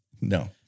No